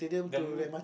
the main